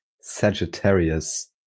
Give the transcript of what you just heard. Sagittarius